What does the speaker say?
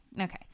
Okay